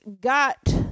got